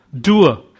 doer